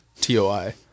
toi